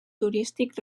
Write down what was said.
turístic